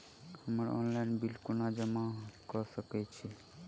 हम्मर online bill कोना जमा कऽ सकय छी?